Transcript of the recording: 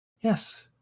Yes